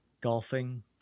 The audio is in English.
golfing